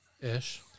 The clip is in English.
Ish